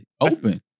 open